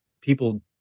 people